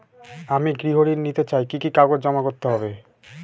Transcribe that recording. আমি গৃহ ঋণ নিতে চাই কি কি কাগজ জমা করতে হবে?